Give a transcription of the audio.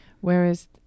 whereas